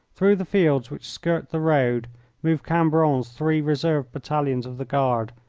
through the fields which skirt the road moved cambronne's three reserve battalions of the guard,